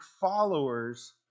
followers